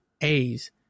A's